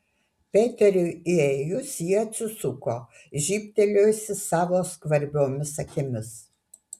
peteriui įėjus ji atsisuko žybtelėjusi savo skvarbiomis akimis